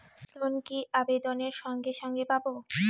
Loan কি আবেদনের সঙ্গে সঙ্গে পাব?